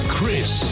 Chris